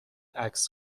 عکس